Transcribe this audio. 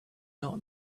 not